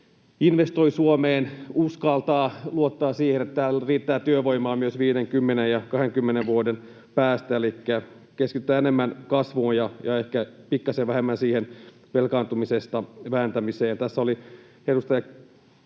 investoivat Suomeen ja uskaltavat luottaa siihen, että täällä riittää työvoimaa myös 5, 10 ja 20 vuoden päästä. Elikkä keskitytään enemmän kasvuun ja ehkä pikkasen vähemmän siihen velkaantumisesta vääntämiseen.